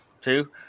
Two